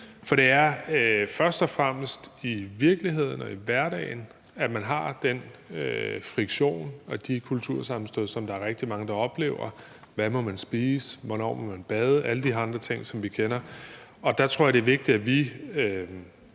For det er først og fremmest i virkeligheden og i hverdagen, at man har den friktion og de kultursammenstød, som der er rigtig mange, der oplever: hvad man må spise, hvornår man må bade og alle de her andre ting, som vi kender. Der tror jeg, det er vigtigt, at vi